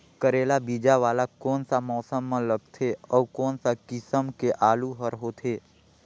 करेला बीजा वाला कोन सा मौसम म लगथे अउ कोन सा किसम के आलू हर होथे?